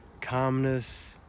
calmness